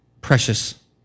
precious